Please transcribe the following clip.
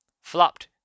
flopped